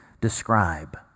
describe